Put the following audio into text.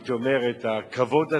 הייתי אומר, את הכבוד הזה,